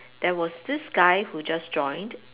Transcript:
there was this guy who just joined